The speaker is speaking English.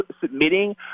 submitting